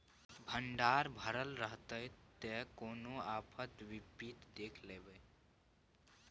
भंडार भरल रहतै त कोनो आफत विपति देख लेबै